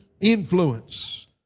influence